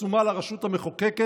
שומה על הרשות המחוקקת"